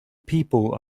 people